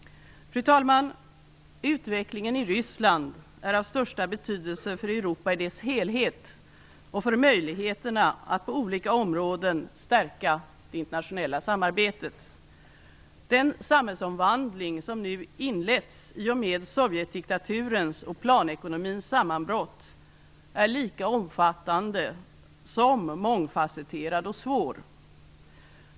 Fru talman! Utvecklingen i Ryssland är av största betydelse för Europa i dess helhet och för möjligheterna att på olika områden stärka det internationella samarbetet. Den samhällsomvandling som nu inletts i och med Sovjetdiktaturens och planekonomins sammanbrott är lika omfattande som mångfasetterad och svår.